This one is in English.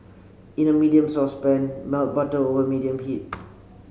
in a medium saucepan melt butter over medium pea